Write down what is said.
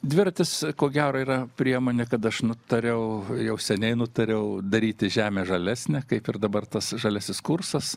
dviratis ko gero yra priemonė kad aš nutariau jau seniai nutariau daryti žemę žalesnę kaip ir dabar tas žaliasis kursas